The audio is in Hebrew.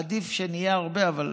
עדיף שנהיה הרבה, אבל